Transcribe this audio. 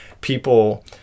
people